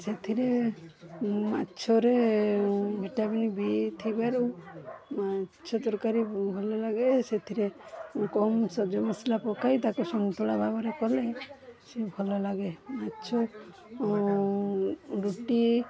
ସେଥିରେ ମାଛରେ vitamin B ଥିବାରୁ ମାଛ ତରକାରୀ ଭଲ ଲାଗେ ସେଥିରେ କମ୍ ସବଜି ମସଲା ପକାଇ ତାକୁ ସନ୍ତୁଳା ଭାବରେ କଲେ ସେ ଭଲ ଲାଗେ ମାଛ ରୁଟି